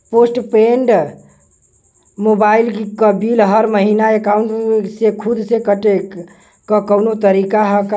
Post paid mobile क bill हर महिना एकाउंट से खुद से कटे क कौनो तरीका ह का?